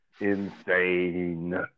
insane